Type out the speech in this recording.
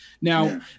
now